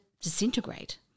disintegrate